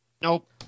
Nope